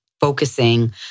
focusing